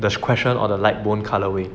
the question or the light bone colourway